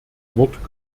wort